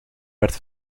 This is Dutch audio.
werd